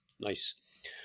Nice